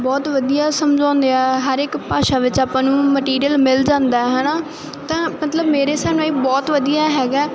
ਬਹੁਤ ਵਧੀਆ ਸਮਝਾਉਂਦੇ ਆ ਹਰ ਇੱਕ ਭਾਸ਼ਾ ਵਿੱਚ ਆਪਾਂ ਨੂੰ ਮਟੀਰੀਅਲ ਮਿਲ ਜਾਂਦਾ ਹੈ ਨਾ ਤਾਂ ਮਤਲਬ ਮੇਰੇ ਹਿਸਾਬ ਨਾਲ ਇਹ ਬਹੁਤ ਵਧੀਆ ਹੈਗਾ